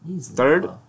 Third